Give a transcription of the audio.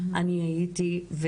אני הייתי רוצה,